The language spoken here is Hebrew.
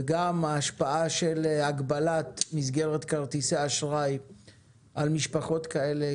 וגם ההשפעה של הגבלת מסגרת כרטיסי האשראי על משפחות כאלה,